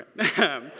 okay